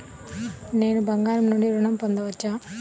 నేను బంగారం నుండి ఋణం పొందవచ్చా?